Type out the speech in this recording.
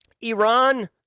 Iran